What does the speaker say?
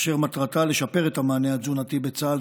אשר מטרתה לשפר את המענה התזונתי בצה"ל,